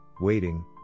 waiting